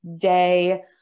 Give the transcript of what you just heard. day